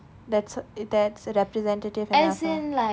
that's it that's representive enough ah